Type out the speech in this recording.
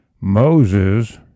Moses